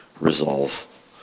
resolve